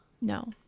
No